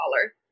color